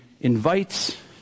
invites